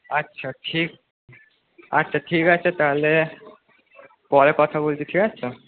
আচ্ছা ঠিক আচ্ছা ঠিক আছে তাহলে পরে কথা বলছি ঠিক আছে